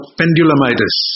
pendulumitis